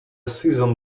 season